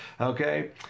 Okay